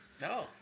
No